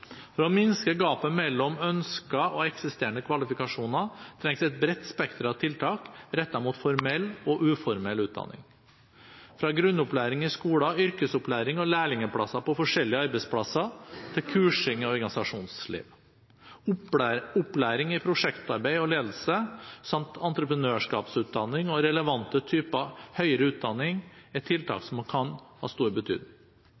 For å minske gapet mellom ønskede og eksisterende kvalifikasjoner trengs et bredt spekter av tiltak rettet mot formell og uformell utdanning, fra grunnopplæring i skoler, yrkesopplæring og lærlingplasser på forskjellige arbeidsplasser til kursing i organisasjonsliv. Opplæring i prosjektarbeid og -ledelse samt entreprenørskapsutdanning og relevante typer høyere utdanning er tiltak som kan ha stor betydning.